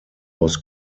was